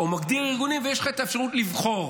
או מגדיר ארגונים ויש לך את האפשרות לבחור